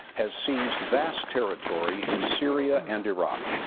has seized vast territory in syria and iraq.